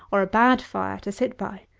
or a bad fire, to sit by,